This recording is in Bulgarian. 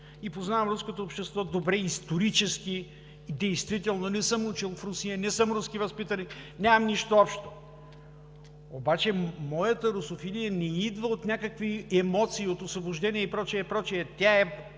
и познавам руското общество добре исторически. Действително не съм учил в Русия, не съм руски възпитаник, нямам нищо общо, но моята русофилия не идва от някакви емоции от Освобождението и прочее, и прочее, тя е